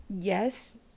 yes